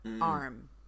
arm